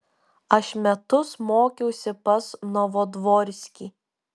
aš metus mokiausi pas novodvorskį